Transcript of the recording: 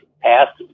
passed